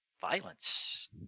violence